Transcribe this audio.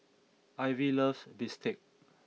Ivy loves Bistake